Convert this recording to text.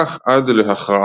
כך עד להכרעה.